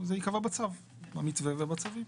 זה ייקבע במתווה ובצווים.